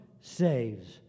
saves